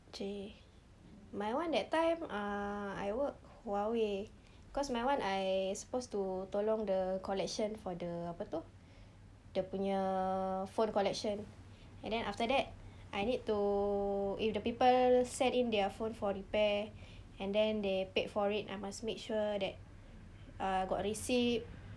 okay my one that time ah I work huawei cause my one I suppose to tolong the collection for the apa itu dia punya phone collection and then after that I need to if the people send in their phone for repair and then they paid for it I must make sure that uh got receipt